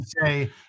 say